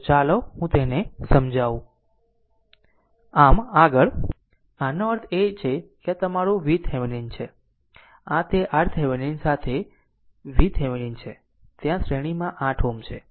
તો ચાલો હું તેને સમજાવું આમ આગળ આનો અર્થ એ છે કે આ તમારું VThevenin છે આ તે RThevenin સાથે તVThevenin છે ત્યાં શ્રેણીમાં 8 Ω છે